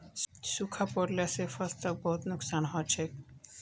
सूखा पोरला से फसलक बहुत नुक्सान हछेक